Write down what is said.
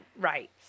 Right